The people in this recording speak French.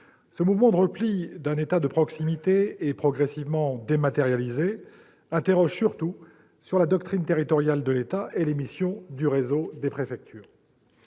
Ce mouvement de repli d'un État de proximité et progressivement « dématérialisé » interroge sur la doctrine territoriale de l'État et les missions du réseau des préfectures.